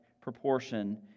proportion